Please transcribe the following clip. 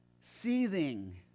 seething